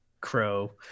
crow